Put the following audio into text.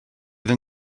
than